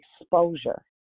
exposure